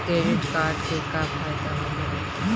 Credit card के का फायदा होला?